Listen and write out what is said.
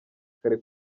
kare